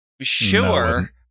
Sure